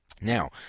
Now